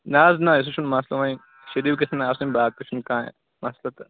نہ حظ نہ سُہ چھُنہٕ مَسلہٕ وۄنۍ شٔریٖف گَژھن آسٕنۍ باقٕے چھُنہٕ کانٛہہ ہَے مَسلہٕ تہٕ